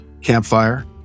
campfire